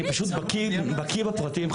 אני פשוט בקיא בפרטים,